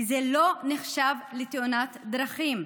כי זה לא נחשב לתאונת דרכים,